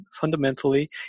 fundamentally